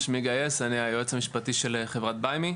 שמי גיא הס, אני היועץ המשפטי של חברת BuyMe.